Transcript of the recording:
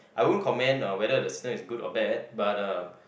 I won't comment on whether the system is good or bad but uh